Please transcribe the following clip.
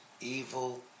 evil